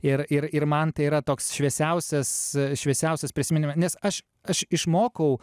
ir ir ir man tai yra toks šviesiausias šviesiausias prisiminima nes aš aš išmokau